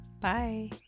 Bye